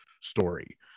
story